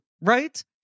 right